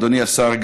אדוני השר,